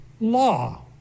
law